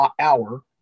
hour